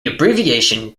abbreviation